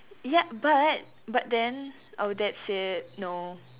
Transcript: ya but but then our dad said no